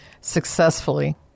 successfully